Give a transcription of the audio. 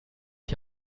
die